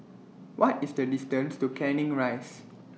What IS The distance to Canning Rise